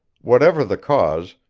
whatever the cause,